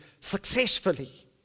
successfully